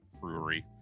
brewery